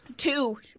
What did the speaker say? Two